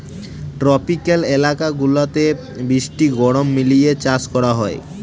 tropical এলাকা গুলাতে বৃষ্টি গরম মিলিয়ে চাষ করা হয়